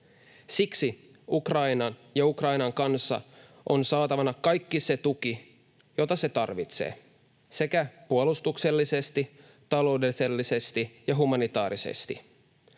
Siksi Ukrainan ja Ukrainan kansan on saatava kaikki se tuki, jota se tarvitsee sekä puolustuksellisesti, taloudellisesti että humanitaarisesti.